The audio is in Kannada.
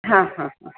ಹಾಂ ಹಾಂ ಹಾಂ